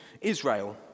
Israel